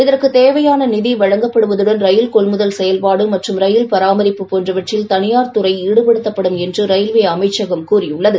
இதற்குத் தேவையான நிதி வழங்குவதுடன் ரயில் கொள்முதல் செயல்பாடு மற்றும் ரயில் பராமரிப்பு போன்றவற்றில் தனியார் துறை ஈடுபடுத்தப்படும் என்று ரயில்வே அமைச்சகம் கூறியுள்ளது